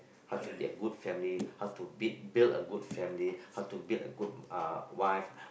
how to be good family how to build build a good family how to build a good uh wife